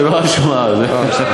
זה לא האשמה, זו עובדה.